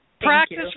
Practice